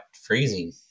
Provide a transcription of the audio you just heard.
freezing